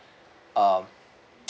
um